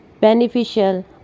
beneficial